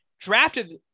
drafted